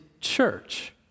church